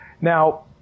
now